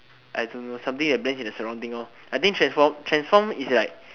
I don't know something that blends in the surrounding lor I think transform transform is like